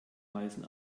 weisen